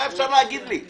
היה אפשר להגיד לי.